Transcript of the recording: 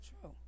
true